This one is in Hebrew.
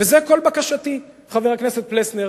זאת כל בקשתי, חבר הכנסת פלסנר.